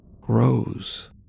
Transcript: grows